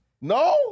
No